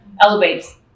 elevates